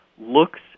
looks